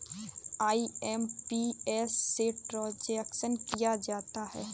IMPS से transaction किया जाता है